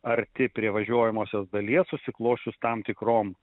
arti prie važiuojamosios dalies susiklosčius tam tikrom